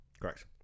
correct